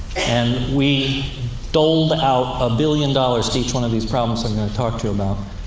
and we doled out a billion dollars to each one of these problems i'm going to talk to you about,